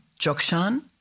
Jokshan